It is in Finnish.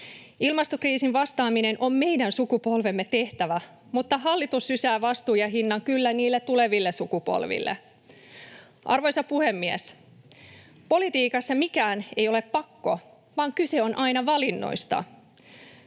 Ilmastokriisiin vastaaminen on meidän sukupolvemme tehtävä, mutta hallitus sysää vastuun ja hinnan kyllä niille tuleville sukupolville. Arvoisa puhemies! Politiikassa mikään ei ole pakko, vaan kyse on aina valinnoista.